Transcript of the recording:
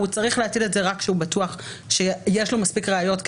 הוא צריך להטיל את זה רק כשהוא בטוח שיש לו מספיק ראיות,